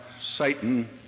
Satan